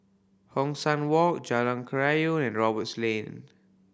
Hong San Walk Jalan Kerayong and Roberts Lane